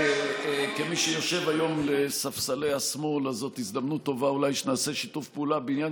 כמי שיושב היום בספסלי השמאל זאת הזדמנות טובה שנעשה שיתוף פעולה בעניין